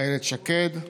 איילת שקד.